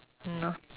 !hannor!